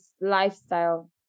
lifestyle